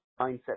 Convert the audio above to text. mindset